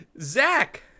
Zach